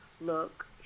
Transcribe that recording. look